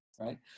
right